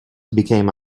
became